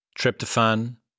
tryptophan